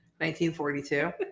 1942